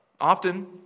Often